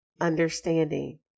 Understanding